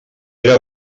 era